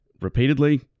repeatedly